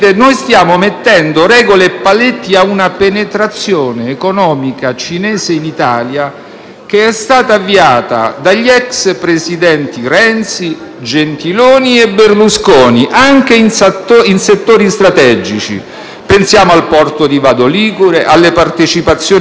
che è stata avviata dagli ex presidenti Renzi, Gentiloni Silveri e Berlusconi, anche in settori strategici. Pensiamo al porto di Vado Ligure, alle partecipazioni cinesi in Ansaldo Energia e Autostrade, tralasciando le partecipazioni nella moda e nel calcio.